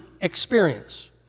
experience